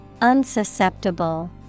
Unsusceptible